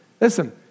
Listen